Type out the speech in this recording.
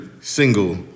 single